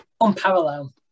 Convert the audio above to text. unparalleled